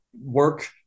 work